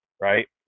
right